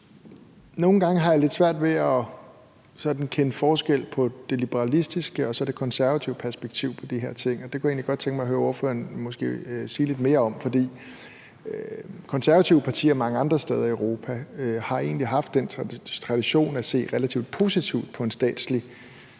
Nogle gange har jeg lidt svært ved sådan at kende forskel på det liberalistiske og så det konservative perspektiv på de her ting, og det kunne jeg godt tænke mig at høre ordføreren sige lidt mere om. For mange andre steder i Europa har konservative partier egentlig haft den tradition at se relativt positivt på en statslig